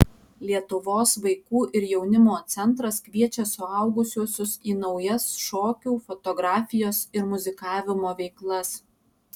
lietuvos vaikų ir jaunimo centras kviečia suaugusiuosius į naujas šokių fotografijos ir muzikavimo veiklas